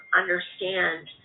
understand